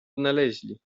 odnaleźli